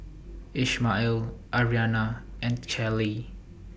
Ishmael Arianna and Callie